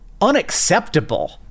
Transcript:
unacceptable